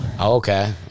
Okay